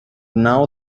now